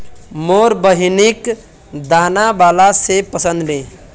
मोर बहिनिक दाना बाला सेब पसंद नी